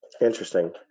Interesting